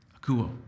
Akuo